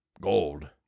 gold